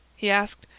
he asked.